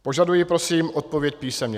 Požaduji prosím odpověď písemně.